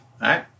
right